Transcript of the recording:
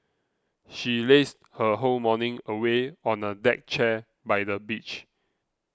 she lazed her whole morning away on a deck chair by the beach